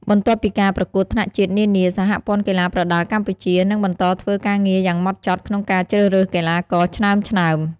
បន្ទាប់ពីការប្រកួតថ្នាក់ជាតិនានា សហព័ន្ធកីឡាប្រដាល់កម្ពុជា នឹងបន្តធ្វើការងារយ៉ាងម៉ត់ចត់ក្នុងការជ្រើសរើសកីឡាករឆ្នើមៗ។